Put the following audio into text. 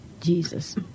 Jesus